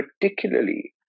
particularly